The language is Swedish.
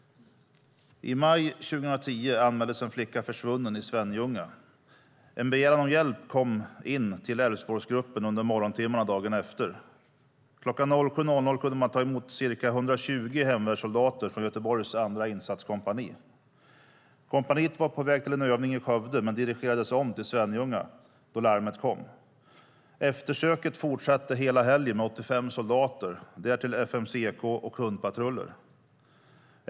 I maj 2010 anmäldes en flicka försvunnen i Svenljunga. En begäran om hjälp kom in till Elfsborgsgruppen under morgontimmarna dagen efter. Kl. 7 kunde man ta emot ca 120 hemvärnssoldater från Göteborgs andra insatskompani. Kompaniet var på väg till en övning i Skövde men dirigerades om till Svenljunga då larmet kom. Eftersöket fortsatte hela helgen med 85 soldater, därtill FMCK och hundpatruller.